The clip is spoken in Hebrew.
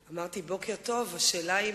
בעיקר בגלל מה שהממשלה הזאת